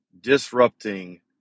disrupting